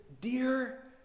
dear